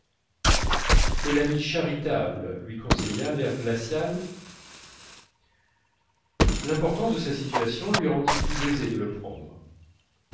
quel ami charitable lui conseilla l'air glacial l'importance de sa situation lui rendit plus aisé de le prendre